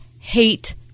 hate